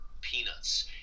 peanuts